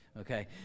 Okay